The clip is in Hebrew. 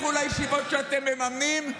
לכו לישיבות שאתם מממנים: